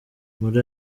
muri